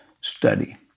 study